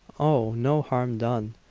oh, no harm done.